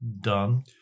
done